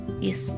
Yes